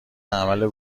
عمل